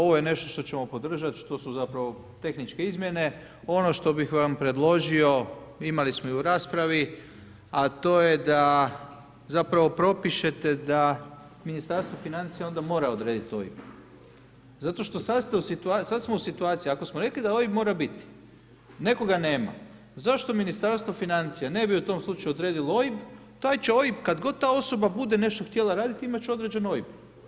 Ovo je nešto što ćemo podržati, što su zapravo tehničke izmjene, ono što bih vam predložio, imali smo i u raspravi a to je da zapravo propišete d Ministarstvo financija onda mora odrediti OIB zato što sad smo u situaciji ako smo rekli da OIB mora biti, netko ga nema, zašto Ministarstvo financija ne bi u tom slučaju odredilo OIB, taj će OIB kad god ta osoba bude nešto htjela raditi, imat će određeni OIB.